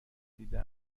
دیده